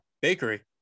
bakery